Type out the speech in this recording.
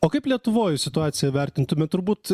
o kaip lietuvoje situaciją vertintumėme turbūt